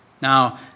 Now